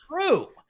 true